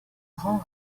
harm